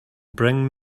bring